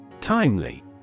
Timely